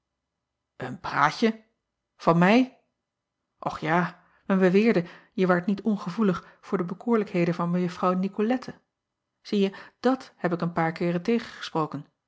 en praatje van mij ch ja men beweerde je waart niet ongevoelig voor de bekoorlijkheden van ejuffrouw icolette ieje dat heb ik een paar keeren tegengesproken